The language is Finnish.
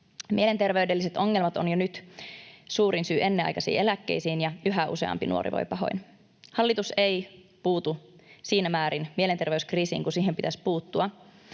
Mielenterveydelliset ongelmat ovat jo nyt suurin syy ennenaikaisiin eläkkeisiin, ja yhä useampi nuori voi pahoin. Hallitus ei puutu siinä määrin mielenterveyskriisiin kuin siihen pitäisi puuttua.